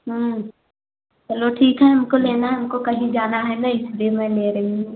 चलो ठीक है हमको लेना है हमको कहीं जाना है ना इसलिए मैं ले रही हूँ